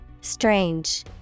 Strange